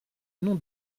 nom